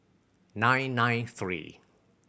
nine nine three